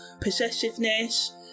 possessiveness